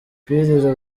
kwirirwa